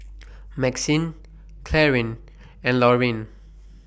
Maxine Clarine and Lorine